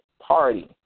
party